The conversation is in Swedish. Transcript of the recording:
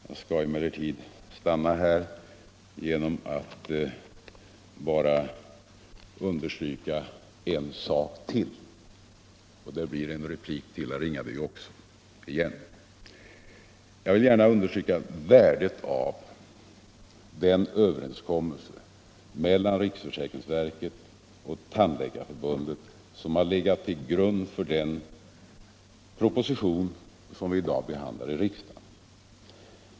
Jag skall emellertid stanna här genom att understryka bara en sak till — det blir samtidigt en replik till herr Ringaby igen. Jag vill gärna understryka värdet av den överenskommelse mellan riksförsäkringsverket och Tandläkarförbundet som har legat till grund för den proposition som vi i dag behandlar i riksdagen.